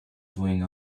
doing